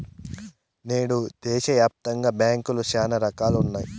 నేడు దేశాయాప్తంగా బ్యాంకులు శానా రకాలుగా ఉన్నాయి